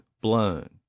blown